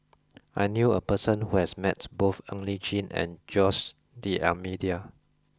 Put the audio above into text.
I knew a person who has met both Ng Li Chin and Jose D'almeida